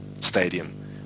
stadium